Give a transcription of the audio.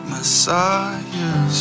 Messiah